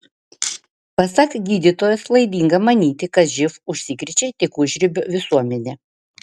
pasak gydytojos klaidinga manyti kad živ užsikrečia tik užribio visuomenė